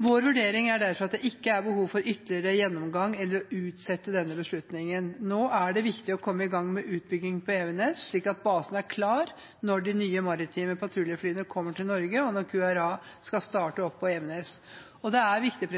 Vår vurdering er derfor at det ikke er behov for ytterligere gjennomgang eller å utsette denne beslutningen. Nå er det viktig å komme i gang med utbygging på Evenes, slik at basen er klar når de nye maritime patruljeflyene kommer til Norge, og når QRA skal starte opp på Evenes. Det er viktig